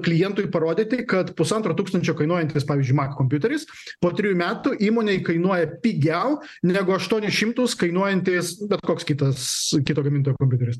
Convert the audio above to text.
klientui parodyti kad pusantro tūkstančio kainuojantis pavyzdžiui mac kompiuteris po trijų metų įmonei kainuoja pigiau negu aštuonis šimtus kainuojantys bet koks kitas kito gamintojo kompiuteris